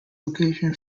location